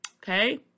Okay